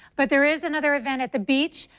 but there is another event at the beach.